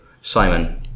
Simon